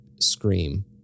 scream